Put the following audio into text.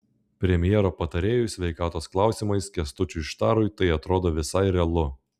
premjero patarėjui sveikatos klausimais kęstučiui štarui tai atrodo visai realu